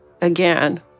again